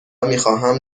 میخواهم